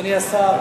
אדוני השר,